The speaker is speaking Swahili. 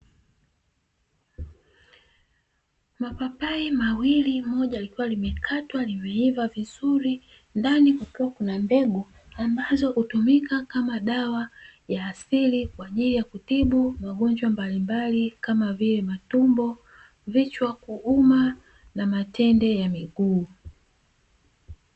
Mapapai mawili moja alikuwa limekatwa limeiva vizuri ndani kukiwa kuna mbegu, ambazo hutumika kama dawa ya asili kwa ajili ya kutibu magonjwa mbalimbali kama vile matumbo, vichwa kuuma na matende ya miguu.